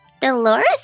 Dolores